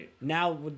now